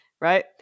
right